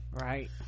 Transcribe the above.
right